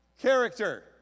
character